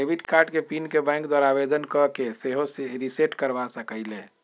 debit card के pin के bank द्वारा आवेदन कऽ के सेहो रिसेट करबा सकइले